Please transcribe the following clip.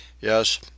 yes